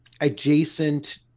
adjacent